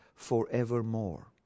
forevermore